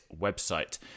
website